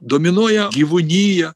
dominuoja gyvūnija